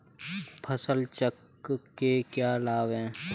फसल चक्र के क्या लाभ हैं?